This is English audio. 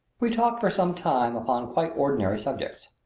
we talked for some time upon quite ordinary subjects.